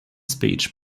speech